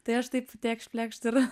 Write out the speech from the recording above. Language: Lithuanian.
tai aš taip tekšt plekšt ir